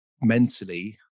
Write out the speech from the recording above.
mentally